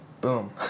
boom